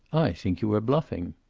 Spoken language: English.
i think you are bluffing.